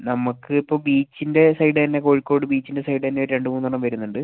നമുക്ക് ഇപ്പം ബീച്ചിന്റെ സൈഡ് തന്നെ കോഴിക്കോട് ബീച്ചിന്റ സൈഡ് തന്നെ ഒരു രണ്ട് മൂന്നെണ്ണം വരുന്നുണ്ട്